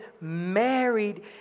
married